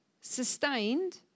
sustained